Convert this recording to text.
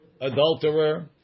adulterer